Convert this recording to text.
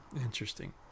interesting